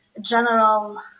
general